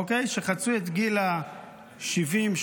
שחצו את גיל ה-70,